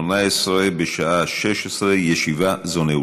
שישה בעד, אפס מתנגדים.